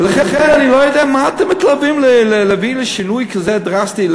ולכן אני לא יודע למה אתם מתלהבים להביא לשינוי כזה דרסטי.